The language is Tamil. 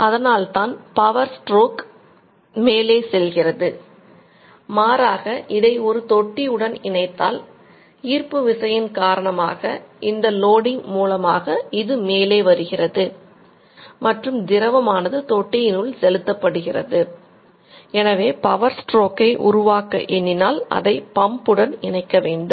அதனால் தான் பவர் ஸ்ட்ரோக் இணைக்க வேண்டும்